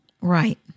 Right